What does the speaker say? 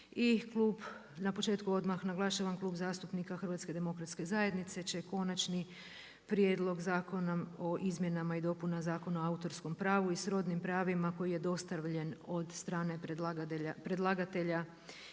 Na početku odmah naglašavam Klub zastupnika HDZ-a će Konačni prijedlog Zakona o izmjenama i dopunama Zakona o autorskom pravu i srodnim pravima koji je dostavljen od strane predlagatelja